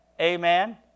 Amen